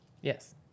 Yes